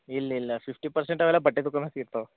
ಇಲ್ಲ ಇಲ್ಲ fifty percent ಅವೆಲ್ಲ ಬಟ್ಟೆ ದುಖಾನ್ದಾಗ್ ಇರ್ತವ